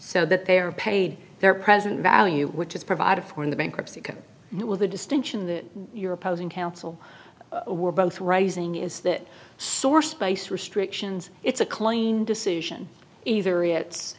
so that they are paid their present value which is provided for in the bankruptcy with a distinction that your opposing counsel were both raising is that sore space restrictions it's a clean decision either it's